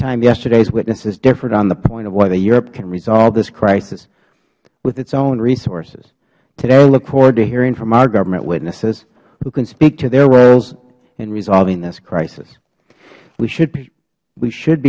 time yesterday's witnesses differed on the point of whether europe can resolve this crisis with its own resources today i look forward to hearing from our government witnesses who can speak to their roles in resolving this crisis we should be